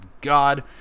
god